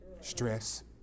stress